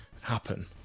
happen